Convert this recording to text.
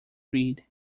breed